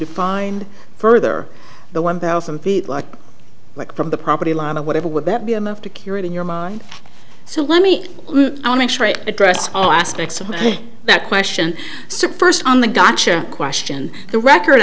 defined further the one thousand feet like like from the property line of whatever would that be a move to cure it in your mind so let me address all aspects of me that question first on the gotcha question the record